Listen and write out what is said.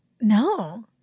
No